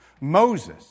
Moses